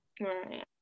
Right